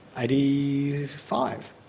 eighty five.